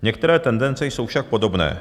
Některé tendence jsou však podobné.